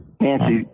Nancy